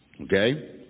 okay